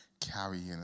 carrying